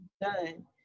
done